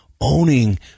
owning